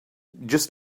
just